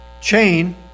chain